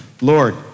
Lord